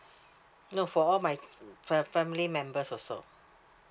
no for all my for my family members also